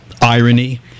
irony